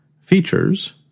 features